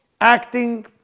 Acting